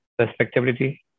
respectability